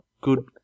good